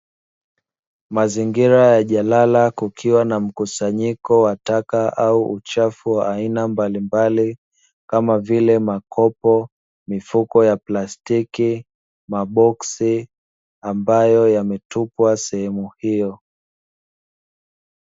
Mazingira ya jalala kikiwa na mkusanyiko wa taka au uchafu wa aina mbalimbali kama vile makopo, mifuko ya plastiki, maboksi ambayo yametupwa sehemu hiyo.